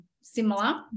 similar